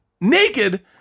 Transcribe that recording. naked